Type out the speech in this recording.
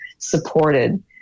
Supported